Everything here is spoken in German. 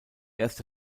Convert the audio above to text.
erste